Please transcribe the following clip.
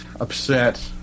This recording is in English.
upset